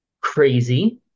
crazy